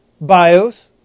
bios